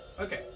okay